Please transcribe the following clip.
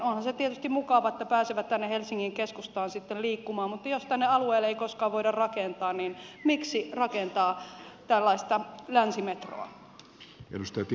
onhan se tietysti mukava että pääsevät tänne helsingin keskustaan sitten liikkumaan mutta jos tänne alueelle ei koskaan voida rakentaa niin miksi rakentaa tällaista länsimetroa